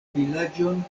vilaĝon